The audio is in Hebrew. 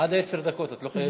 עד עשר דקות, את לא חייבת.